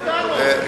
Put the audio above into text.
אל תכבד אותנו.